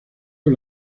por